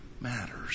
matters